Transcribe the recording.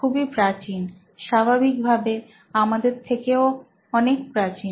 খুবই প্রাচীন স্বাভাবিক ভাবে আমাদের থেকেও অনেক প্রাচীন